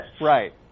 Right